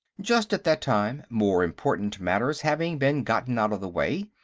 just at that time, more important matters having been gotten out of the way,